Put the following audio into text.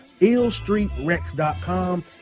illstreetrex.com